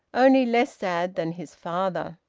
only less sad than his father.